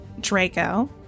Draco